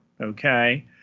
okay